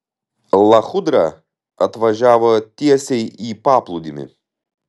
lachudra atvažiavo tiesiai į paplūdimį